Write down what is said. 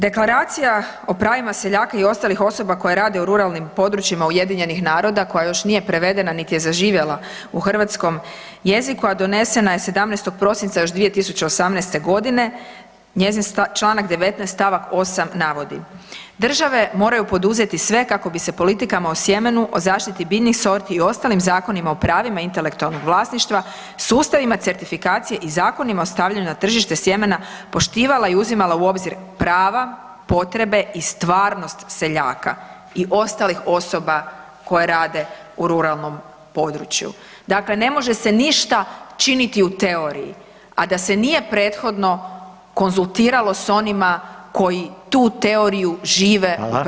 Deklaracija o pravima seljaka i ostalih osoba koje rade u ruralnim područjima UN-a koja još nije prevedena niti je zaživjela u hrvatskom jeziku, a donesena je 17. prosinca još 2018.g. njezin čl. 19. st. 8. navodi: „Države moraju poduzeti sve kako bi se politikama o sjemenu o zaštiti biljnih sorti i ostalim zakonima o pravima intelektualnog vlasništva sustavima certifikacije i zakonima o stavljanju na tržište sjemena poštivala i uzimala i obzir prava, potrebe i stvarnost seljaka i ostalih osoba koje rade u ruralnom području.“ Dakle ne može se ništa činiti u teoriji, a da se nije prethodno konzultiralo s onima koji tu teoriju žive u praksi.